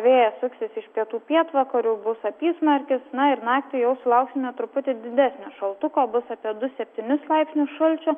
vėjas suksis iš pietų pietvakarių bus apysmarkis na ir naktį jau sulauksime truputį didesnio šaltuko bus apie du septynis laipsnius šalčio